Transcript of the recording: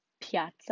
piazza